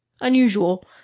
unusual